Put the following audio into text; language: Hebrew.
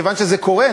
כיוון שזה קורה,